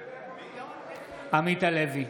בעד עמית הלוי,